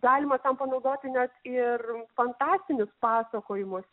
galima tam panaudoti net ir fantastinius pasakojimus